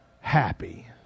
happy